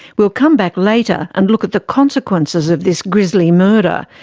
we'll come back later and look at the consequences of this grisly murder.